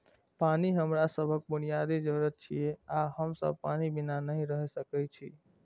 पानि हमरा सभक बुनियादी जरूरत छियै आ हम सब पानि बिना नहि रहि सकै छी